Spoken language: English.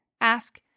Ask